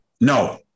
no